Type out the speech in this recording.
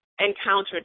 encountered